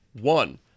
One